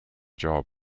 job